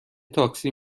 تاکسی